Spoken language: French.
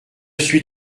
suis